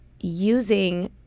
using